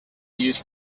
use